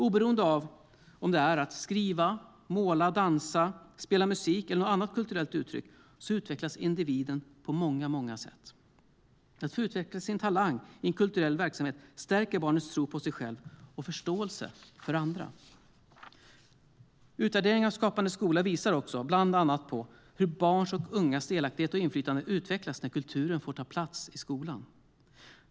Oberoende av om det handlar om att skriva, måla, dansa eller spela musik eller om det handlar om något annat kulturellt uttryck utvecklas individen på många sätt. Att få utveckla sin talang i en kulturell verksamhet stärker barnets tro på sig själv och förståelse för andra. Utvärderingar av Skapande skola visar bland annat på hur barns och ungas delaktighet och inflytande utvecklas när kulturen får ta plats i skolan.